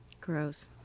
Gross